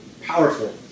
powerful